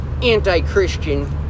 anti-christian